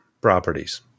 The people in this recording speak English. properties